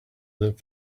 that